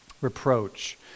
Reproach